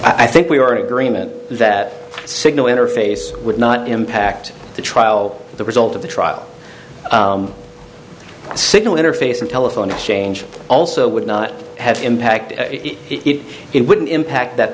i think we are in agreement that signal interface would not impact the trial the result of the trial signal interface and telephone exchange also would not have impact it it wouldn't impact that